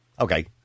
Okay